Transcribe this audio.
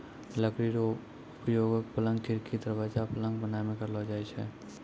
लकड़ी रो उपयोगक, पलंग, खिड़की, दरबाजा, पलंग बनाय मे करलो जाय छै